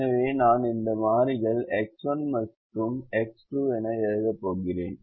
எனவே நான் இந்த மாறிகள் X1 மற்றும் X2 என எழுதப் போகிறேன்